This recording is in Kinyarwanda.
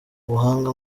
ubuhanga